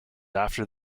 after